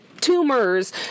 tumors